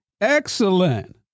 Excellent